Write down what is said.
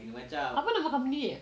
apa nama company dia